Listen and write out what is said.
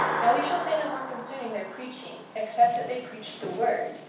now we shall say no more concerning their preaching, except that they preached the word,